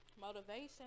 Motivation